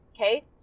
Okay